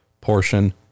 portion